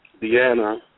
Deanna